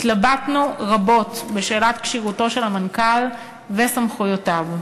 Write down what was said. התלבטנו רבות בשאלת כשירותו של המנכ"ל וסמכויותיו,